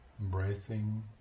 Embracing